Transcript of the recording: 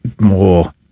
more